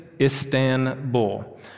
Istanbul